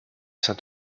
saint